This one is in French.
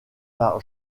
par